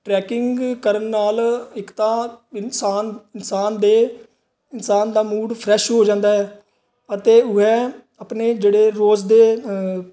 tracking ਕਰਨ ਨਾਲ ਇੱਕ ਤਾਂ ਇਨਸਾਨ ਇਨਸਾਨ ਦੇ ਇਨਸਾਨ ਦਾ ਮੂਡ ਫਰੈਸ਼ ਹੋ ਜਾਂਦਾ ਹੈ ਅਤੇ ਵਹ ਆਪਣੇ ਜਿਹੜੇ ਰੋਜ਼ ਦੇ